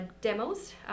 demos